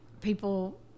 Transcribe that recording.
people